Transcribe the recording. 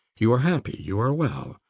you are happy. you are well.